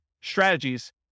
strategies